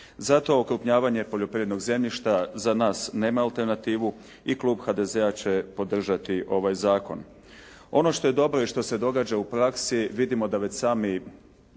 Zato okrupnjavanje poljoprivrednog zemljišta za nas nema alternativu i klub HDZ-a će podržati ovaj zakon. Ono što je dobro i što se događa u praksi vidimo da već sami